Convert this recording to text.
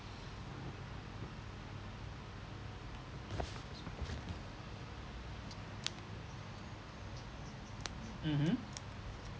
mmhmm